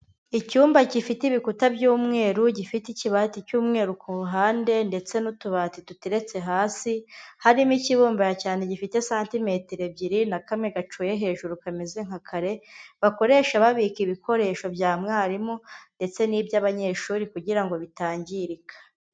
Icyumba gifite ibikuta by'umweru gifite ikibati cy'umweru ku ruhande ndetse n'utubati duteretse hasi, harimo ikibombanye cyane gifite santimetero ebyiri na kamwe gacoye hejuru kameze nka kare, bakoresha babika ibikoresho bya mwarimu, ndetse n'iby'abanyeshuri kugira ngo bitangirika.